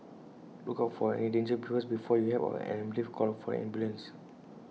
look out for any danger first before you help out and immediately call for an ambulance